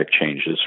changes